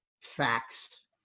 facts